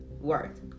worth